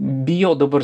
bijau dabar